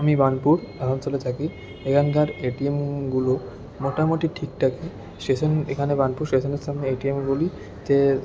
আমি বার্নপুর গ্রামাঞ্চলে থাকি এখানকার এটিএমগুলো মোটামুটি ঠিকঠাকই স্টেশন এখানে বার্নপুর স্টেশনের সামনে এটিএমগুলিতে